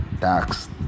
Tax